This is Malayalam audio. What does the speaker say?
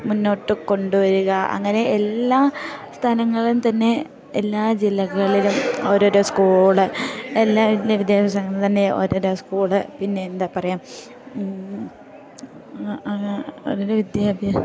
മുന്നോട്ട് കൊണ്ട് വരിക അങ്ങനെ എല്ലാ സ്ഥലങ്ങളും തന്നെ എല്ലാ ജില്ലകളിലും ഓരോരോ സ്കൂള് എല്ലാ വിദ്യാഭ്യാസങ്ങളും തന്നെ ഓരോരോ സ്കൂള് പിന്നെ എന്താ പറയുക ഓരോരോ മുന്നോട്ട് കൊണ്ട് വരിക അങ്ങനെ എല്ലാ സ്ഥലങ്ങളും തന്നെ എല്ലാ ജില്ലകളിലും ഓരോരോ സ്കൂള് എല്ലാ വിദ്യാഭ്യാസങ്ങളും തന്നെ ഓരോരോ സ്കൂള് പിന്നെ എന്താ പറയുക ഓരോരോ വിദ്യാഭ്യാസ